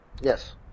Yes